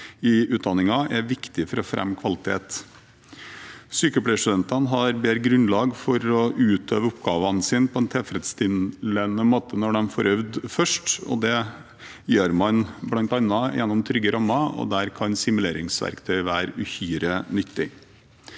i utdanningen er viktig for å fremme kvalitet. Sykepleierstudentene har bedre grunnlag for å utøve oppgavene sine på en tilfredsstillende måte når de får øve først. Det gjør en bl.a. gjennom trygge rammer, og der kan simuleringsverktøy være uhyre viktig.